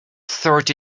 thirty